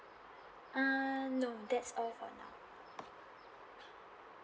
uh no that's all for now